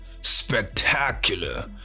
Spectacular